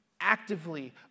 Actively